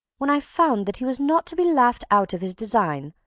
when i found that he was not to be laughed out of his design,